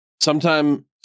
Sometime